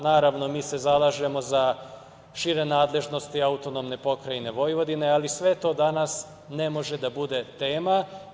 Naravno, mi se zalažemo za šire nadležnosti AP Vojvodine, ali sve to danas ne može da bude tema.